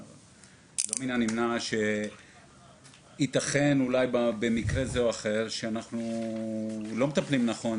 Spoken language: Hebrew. לא מן הנמנע שייתכן שבמקרה זה או אחר אנחנו לא מטפלים נכון